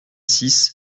six